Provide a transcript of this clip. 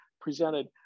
presented